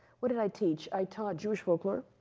what did i teach, i taught jewish folklore.